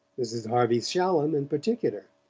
mrs. harvey shallum, in particular,